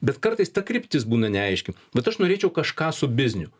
bet kartais ta kryptis būna neaiški bet aš norėčiau kažką su bizniu